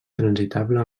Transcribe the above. transitable